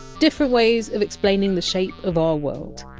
different ways of explaining the shape of our world.